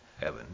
heaven